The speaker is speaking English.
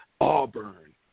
Auburn